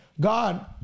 God